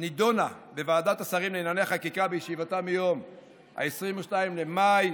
נדונה בוועדת השרים לענייני חקיקה בישיבתה מיום 22 במאי